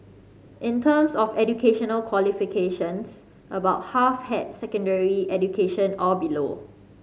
in terms of educational qualifications about half had secondary education or below